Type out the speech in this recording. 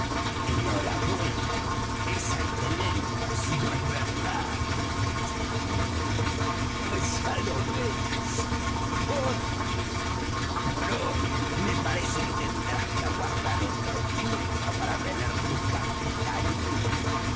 buena esas tenemos no es verdad exclamó el cocinero pues ya lo ves jorge por hoy me parece que tendrás que aguardar otro turno para tener tu capitanía